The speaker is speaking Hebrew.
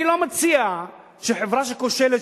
אני לא מציע שחברה שכושלת,